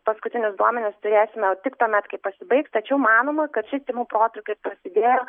paskutinius duomenis turėsime tik tuomet kai pasibaigs tačiau manoma kad šis tymų protrūkis prasidėjo